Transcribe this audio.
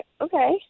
Okay